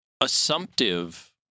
assumptive